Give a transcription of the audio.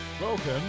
welcome